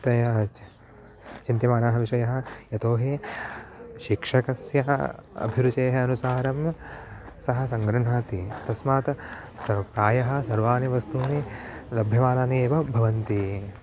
तया चिन्त्यमानाः विषयाः यतोऽहि शिक्षकस्यः अभिरुचेः अनुसारं सः सङ्गृह्णाति तस्मात् प्रायः सर्वाणि वस्तूनि लभ्यमानानि एव भवन्ति